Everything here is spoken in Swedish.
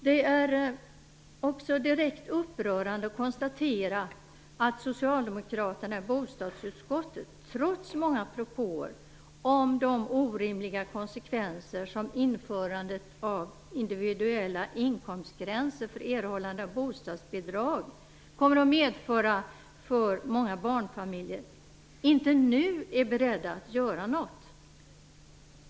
Det är också direkt upprörande att konstatera att socialdemokraterna i bostadsutskottet, trots många propåer om de orimliga konsekvenser som införandet av individuella inkomstgränser för erhållandet av bostadsbidrag kommer att medföra för många barnfamiljer, inte nu är beredda att göra något.